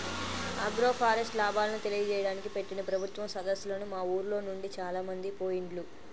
agroforest లాభాలను తెలియజేయడానికి పెట్టిన ప్రభుత్వం సదస్సులకు మా ఉర్లోనుండి చాలామంది పోయిండ్లు